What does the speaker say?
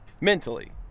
Mentally